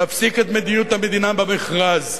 להפסיק את מדיניות המדינה במכרז,